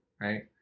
Right